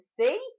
see